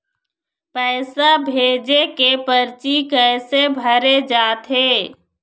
पैसा भेजे के परची कैसे भरे जाथे?